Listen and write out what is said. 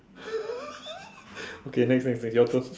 okay next next next your turn